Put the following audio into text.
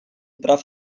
прав